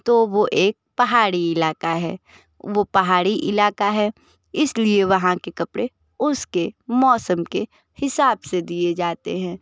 तो वो एक पहाड़ी इलाका है वो पहाड़ी इलाका है इसलिए वहाँ के कपड़े उसके मौसम के हिसाब से दिए जाते हैं